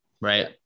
right